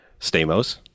Stamos